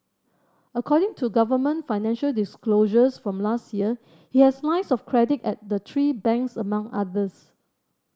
according to government financial disclosures from last year he has lines of credit at the three banks among others